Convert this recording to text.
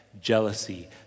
jealousy